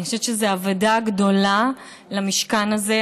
אני חושבת שזו אבדה גדולה למשכן הזה.